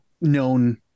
known